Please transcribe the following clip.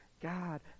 God